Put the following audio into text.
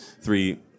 three